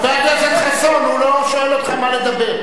חבר הכנסת חסון, הוא לא שואל אותך מה לדבר.